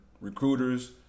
recruiters